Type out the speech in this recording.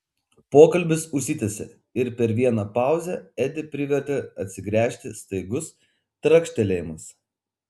pokalbis užsitęsė ir per vieną pauzę edį privertė atsigręžti staigus trakštelėjimas